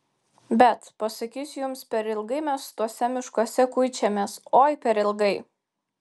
bet pasakysiu jums per ilgai mes tuose miškuose kuičiamės oi per ilgai